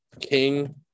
king